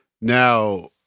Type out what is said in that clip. now